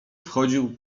wchodził